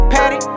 Patty